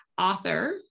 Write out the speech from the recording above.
author